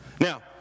Now